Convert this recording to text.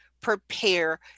prepare